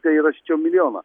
tai rašyčiau milijoną